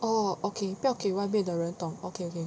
oh okay 不要给外面的人懂 okay okay